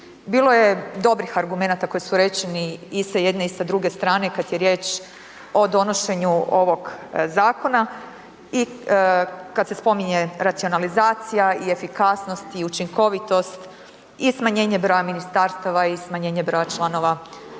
Bilo je dobrih argumenata koji su rečeni i sa jedne i sa druge strane kad je riječ o donošenju ovog zakona i kad se spominje racionalizacija i efikasnost i učinkovitost i smanjenje broja ministarstava i smanjenje broj članova vlade.